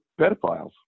pedophiles